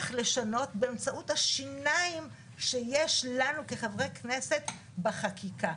לשנות באמצעות השיניים שיש לנו כחברי כנסת בחקיקה.